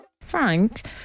Frank